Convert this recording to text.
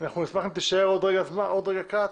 אנחנו נשמח אם תישאר עוד רגע קט,